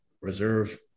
reserve